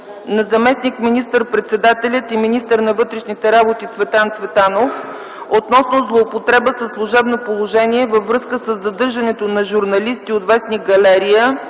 на заместник министър-председателя и министър на вътрешните работи Цветан Цветанов относно злоупотреба със служебно положение във връзка със задържането на журналисти от в. „Галерия”